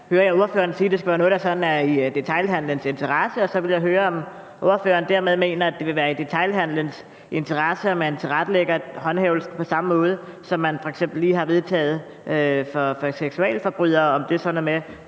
at det skal være noget, der er i detailhandelens interesse, og så vil jeg høre, om ordføreren dermed mener, at det vil være i detailhandelens interesse, at man tilrettelægger håndhævelsen på samme måde som den, man f.eks. lige har vedtaget for seksualforbrydere – om det altså er